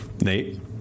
Nate